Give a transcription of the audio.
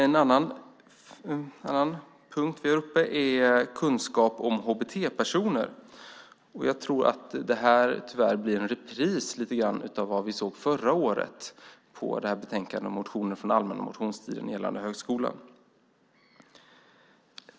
En annan punkt vi har uppe är kunskap om HBT-personer. Jag tror att det här tyvärr blir en repris av vad vi såg förra året vid betänkandet om motioner från allmänna motionstiden gällande högskolan.